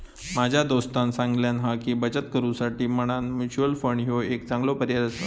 माझ्या दोस्तानं सांगल्यान हा की, बचत करुसाठी म्हणान म्युच्युअल फंड ह्यो एक चांगलो पर्याय आसा